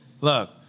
Look